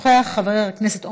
חבר הכנסת חיים ילין,